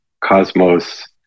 Cosmos